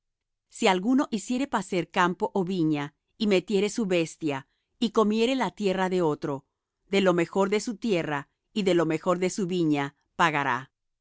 si alguno hiciere pacer campo ó viña y metiere su bestia y comiere la tierra de otro de lo mejor de su tierra y de lo mejor de su viña pagará